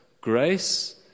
Grace